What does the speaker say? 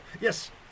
Yes